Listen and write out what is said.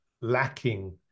lacking